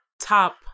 top